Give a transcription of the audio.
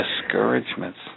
Discouragements